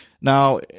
Now